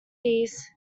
these